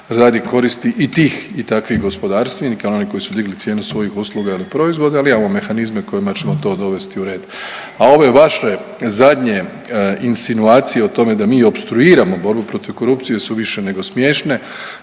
radi koristi tih i takvih gospodarstvenika, oni koji su digli cijenu svojih usluga ili proizvoda, ali imamo mehanizme kojima ćemo to dovesti u red, a ove vaše zadnje insinuacije o tome da mi opstruiramo borbu protiv korupcije su više nego smiješne.